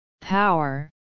power